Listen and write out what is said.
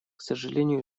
сожалению